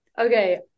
Okay